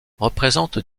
représentent